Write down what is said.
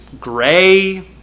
gray